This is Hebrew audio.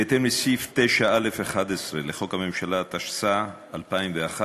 בהתאם לסעיף 9(א)(11) לחוק הממשלה, התשס"א 2001,